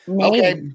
Okay